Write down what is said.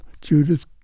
Judith